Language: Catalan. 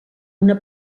una